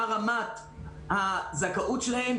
מה רמת הזכאות שלהם.